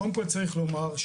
קודם כל צריך לומר,